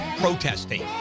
protesting